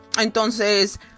Entonces